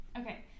Okay